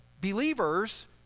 believers